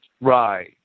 Right